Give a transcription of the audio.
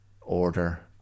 order